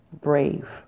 brave